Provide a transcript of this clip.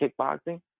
kickboxing